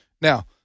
now